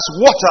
water